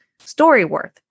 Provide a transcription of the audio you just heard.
StoryWorth